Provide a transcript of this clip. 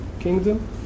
kingdom